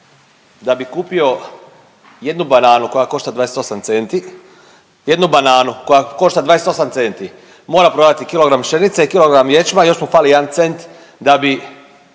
da bi kupio jednu bananu koja košta 28 centi, jednu bananu koja košta 28 centi, mora prodati kilogram pšenice i kilogram ječma i još mu fali jedan cent da bi